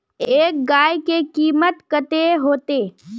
एक गाय के कीमत कते होते?